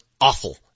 awful